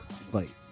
fight